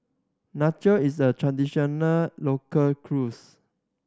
nachos is a traditional local cuisine